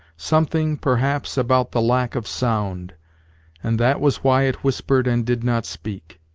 something, perhaps, about the lack of sound and that was why it whispered and did not speak.